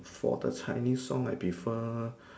for the Chinese song I prefer